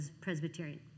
Presbyterian